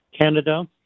Canada